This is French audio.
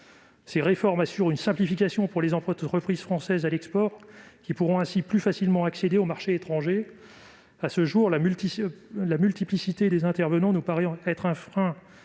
Ces réformes assurent une simplification pour les entreprises françaises à l'export. Ainsi, ces dernières accéderont plus facilement aux marchés étrangers. À ce jour, la multiplicité des intervenants nous paraît être un frein